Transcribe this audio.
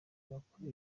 bakora